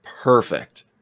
perfect